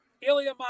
Ilya